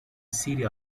city